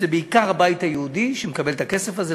בעיקר הבית היהודי מקבל את הכסף הזה,